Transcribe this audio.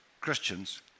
Christians